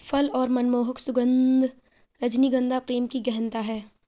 फल और मनमोहक सुगन्ध, रजनीगंधा प्रेम की गहनता है